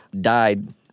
died